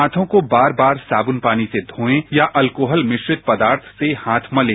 हांथों को बार बार सादुन पानी से धोए या अल्कोहल मिश्रित पदार्थ से हाथ मलें